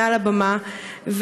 מעל הבמה,